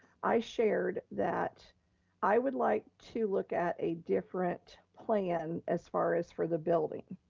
i shared that i would like to look at a different plan as far as for the building.